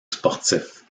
sportif